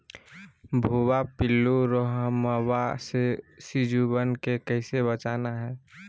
भुवा पिल्लु, रोमहवा से सिजुवन के कैसे बचाना है?